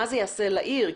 מה זה יעשה לעיר.